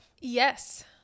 Yes